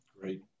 Great